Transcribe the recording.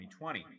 2020